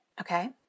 Okay